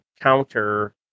counter